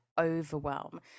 overwhelm